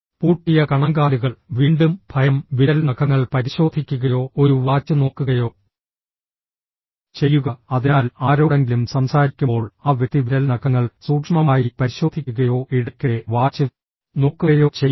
പൂട്ടിയ കണങ്കാലുകൾ വീണ്ടും ഭയം വിരൽ നഖങ്ങൾ പരിശോധിക്കുകയോ ഒരു വാച്ച് നോക്കുകയോ ചെയ്യുക അതിനാൽ ആരോടെങ്കിലും സംസാരിക്കുമ്പോൾ ആ വ്യക്തി വിരൽ നഖങ്ങൾ സൂക്ഷ്മമായി പരിശോധിക്കുകയോ ഇടയ്ക്കിടെ വാച്ച് നോക്കുകയോ ചെയ്യുന്നു